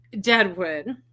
Deadwood